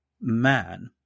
man